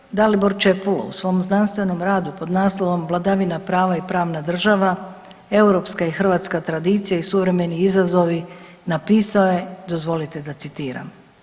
Doktor Dalibor Čepulo u svom znanstvenom radu pod naslovom Vladavina prava i pravna država europska i hrvatska tradicija i suvremeni izazovi napisao je, dozvolite da citiram.